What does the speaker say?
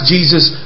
Jesus